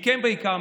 מכם בעיקר,